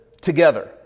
together